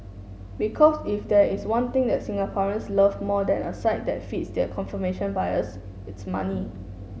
because if there is one thing that Singaporeans love more than a site that feeds their confirmation bias it's money